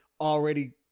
already